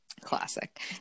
classic